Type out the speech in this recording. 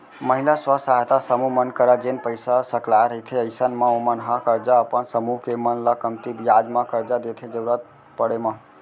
महिला स्व सहायता समूह मन करा जेन पइसा सकलाय रहिथे अइसन म ओमन ह करजा अपन समूह के मन ल कमती बियाज म करजा देथे जरुरत पड़े म